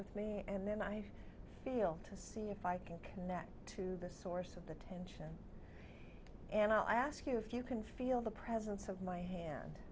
with me and then i feel to see if i can connect to the source of the tension and i'll ask you if you can feel the presence of my hand